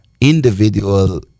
Individual